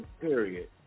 period